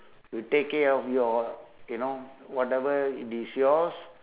will take care of your you know whatever it is yours